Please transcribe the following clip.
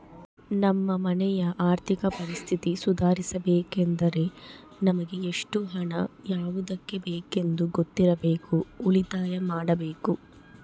ನಮ್ಮ ಮನೆಯ ಆರ್ಥಿಕ ಪರಿಸ್ಥಿತಿ ಸುಧಾರಿಸಬೇಕೆಂದರೆ ನಮಗೆ ಎಷ್ಟು ಹಣ ಯಾವುದಕ್ಕೆ ಬೇಕೆಂದು ಗೊತ್ತಿರಬೇಕು, ಉಳಿತಾಯ ಮಾಡಬೇಕು